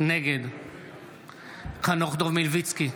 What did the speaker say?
נגד חנוך דב מלביצקי,